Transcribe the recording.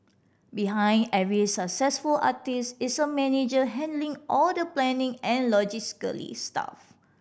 behind every successful artist is a manager handling all the planning and logistical stuff